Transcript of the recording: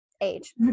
age